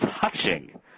touching